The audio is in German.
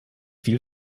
viel